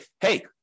hey